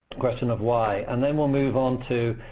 question of why, and then, we'll move on to